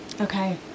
Okay